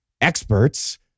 experts